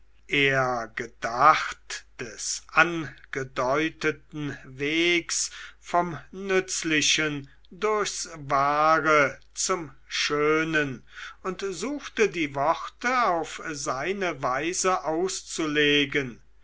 er gedachte des angedeuteten wegs vom nützlichen durchs wahre zum schönen und suchte die worte auf seine weise auszulegen